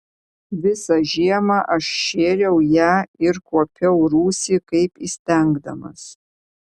visą žiemą aš šėriau ją ir kuopiau rūsį kaip įstengdamas